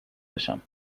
بشم